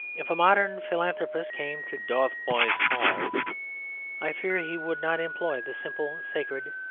if a modern philanthropist came to dotheboys hall i fear he would not employ the simple, sacred,